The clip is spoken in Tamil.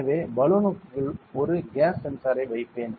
எனவே பலூனுக்குள் ஒரு கேஸ் சென்சாரை வைப்பேன்